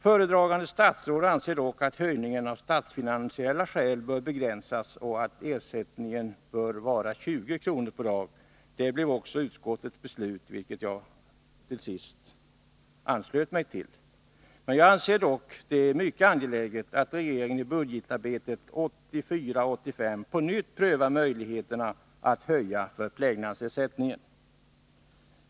Föredragande statsrådet anser dock att höjningen av statsfinansiella skäl bör begränsas och att ersättningen bör vara 20 kr. per dag. Det blev också utskottets beslut, vilket jag till sist anslöt mig till. Jag anser det dock mycket angeläget att regeringen i budgetarbetet 1984/85 på nytt prövar möjligheterna att höja förplägnadsersättningen.